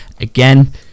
again